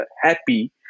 happy